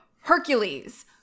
Hercules